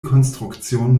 konstruktion